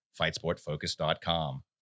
FightSportFocus.com